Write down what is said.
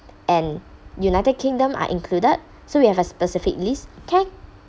and united kingdom are included so you have a specific list can I